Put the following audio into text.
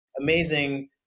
amazing